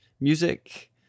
music